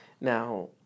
Now